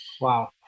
wow